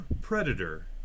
Predator